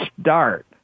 start